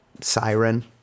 siren